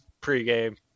pre-game